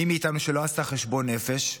מי מאיתנו שלא עשה חשבון נפש,